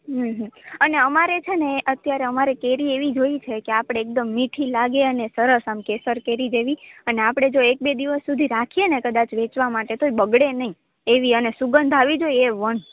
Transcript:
હમ હમ અને અમારે છે ને અત્યારે અમારે કેરી એવી જોઈએ છે કે આપણે એકદમ મીઠી લાગે અને સરસ આમ કેસર કેરી જેવી અને આપણે જો એક બે દિવસ સુધી રાખીએ ને કદાચ વેચવા માટે તોય બગડે નહીં એવી અને સુગંધ આવવી જોઈએ એ વન